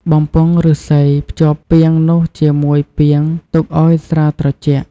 បំពង់ឫស្សីភ្ជាប់ពាងនោះជាមួយពាងទុកឱ្យស្រាត្រជាក់។